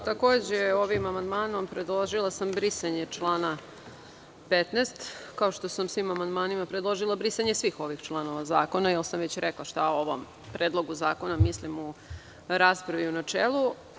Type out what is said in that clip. Takođe, ovim amandmanom predložila sam brisanje člana 15, kao što sam u svim amandmanima predložila brisanje svih ovih članova zakona i već sam rekla šta o ovom predlogu zakona mislim u raspravi u načelu.